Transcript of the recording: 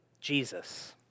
Jesus